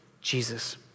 Jesus